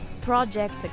Project